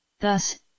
Thus